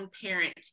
parent